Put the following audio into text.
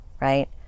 right